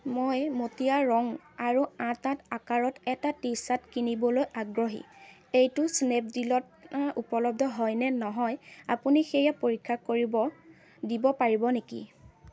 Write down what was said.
মই মটিয়া ৰঙ আৰু আঠ আঠ আকাৰত এটা টি শ্বাৰ্ট কিনিবলৈ আগ্ৰহী এইটো স্নেপডীলত উপলব্ধ হয় নে নহয় আপুনি সেয়া পৰীক্ষা কৰিব দিব পাৰিব নেকি